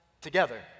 together